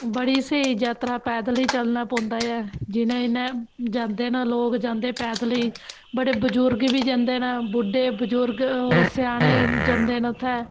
बड़ी स्हेई जात्तरा पैद्दल गै चलनां पौंदा ऐ जिनैं जिनैं जांदे लोग पैद्दल गै जांदे नै बड़े बजुर्ग बी जंदे न बुड्डे बजुर्ग स्यानें जंदे न उत्थें